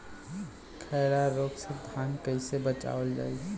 खैरा रोग से धान कईसे बचावल जाई?